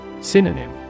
Synonym